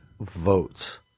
Votes